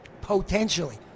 potentially